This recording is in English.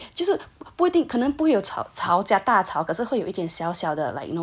这种 you know 对就是可能不会有吵吵架大吵可是会有一点小小的摩擦 like you know disagreement 对 actually